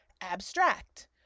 abstract